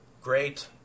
great